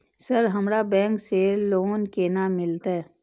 Sir हमरा bank से loan केना मिलते?